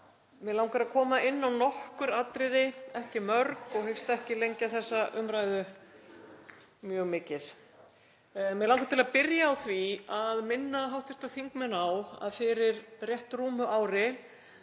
Mig langar að koma inn á nokkur atriði, ekki mörg, og hyggst ekki lengja þessa umræðu mjög mikið. Mig langar að byrja á því að minna hv. þingmenn á að fyrir rétt rúmu ári